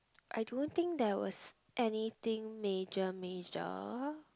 I don't think there was anything major major